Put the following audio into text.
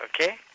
okay